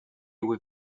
with